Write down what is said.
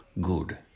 good